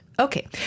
Okay